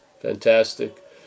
Fantastic